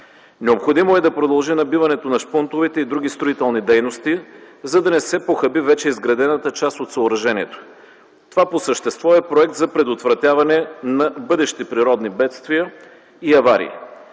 Необходимо е да продължи набиването на шпунтовете и други строителни дейности, за да не се похаби вече изградената част от съоръжението. Това по същество е проект за предотвратяване на бъдещи природни бедствия и аварии.